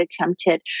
attempted